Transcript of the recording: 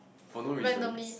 for no reasons